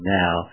now